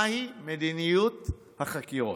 מהי מדיניות החקירות?